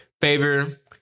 favor